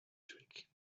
trick